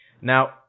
Now